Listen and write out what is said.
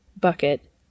bucket